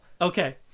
okay